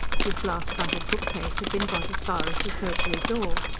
his glass-fronted bookcase had been got as far as the surgery-door.